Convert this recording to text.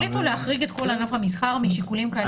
החליטו להחריג את כל ענף המסחר משיקולים כאלה ואחרים.